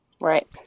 Right